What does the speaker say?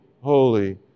Holy